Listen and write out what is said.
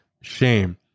shame